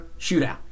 shootout